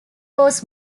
was